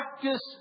practice